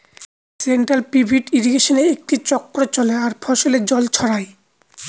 central pivot ইর্রিগেশনে একটি চক্র চলে আর ফসলে জল ছড়ায়